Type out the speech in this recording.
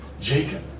Jacob